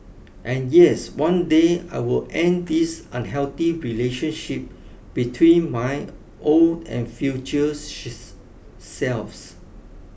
and yes one day I will end this unhealthy relationship between my old and future selves